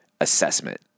assessment